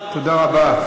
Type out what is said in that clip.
תודה רבה.